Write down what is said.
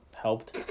Helped